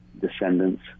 descendants